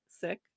Sick